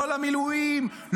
לא למילואים,